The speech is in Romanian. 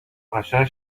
așa